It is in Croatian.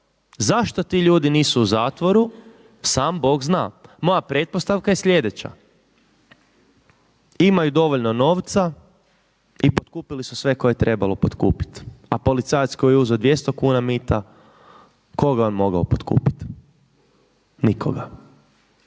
Zašto ti ljudi nisu u zatvoru sam Bog zna. Moja pretpostavka je slijedeća: imaju dovoljno novca i potkupili su sve koje je trebalo potkupiti. A policajac koji je uzeo 200 kuna mita koga je on mogao potkupiti? Nikoga.